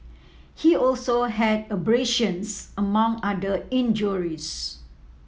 he also had abrasions among other injuries